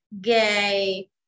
gay